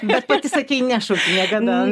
bet pati sakei nešauki niekada